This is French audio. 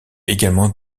également